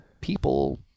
people